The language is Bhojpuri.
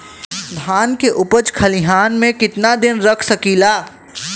धान के उपज खलिहान मे कितना दिन रख सकि ला?